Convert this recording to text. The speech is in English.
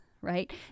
right